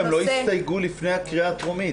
הם לא הסתייגו לפני הקריאה הטרומית.